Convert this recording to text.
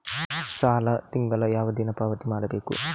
ಸಾಲ ತಿಂಗಳ ಯಾವ ದಿನ ಪಾವತಿ ಮಾಡಬೇಕು?